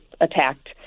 attacked